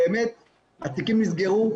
באמת התיקים נסגרו,